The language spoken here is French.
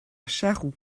charroux